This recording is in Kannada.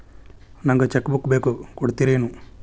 ನಂಗ ಚೆಕ್ ಬುಕ್ ಬೇಕು ಕೊಡ್ತಿರೇನ್ರಿ?